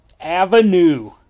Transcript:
Avenue